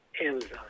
Amazon